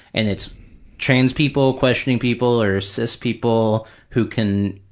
and it's trans people, questioning people or cis people who can,